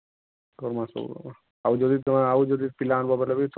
କମ୍ ଆସବ୍ ଆଉ ଯଦି ତମେ ଆଉ ଯଦି ପିଲା ଆନିବ ବୋଲେ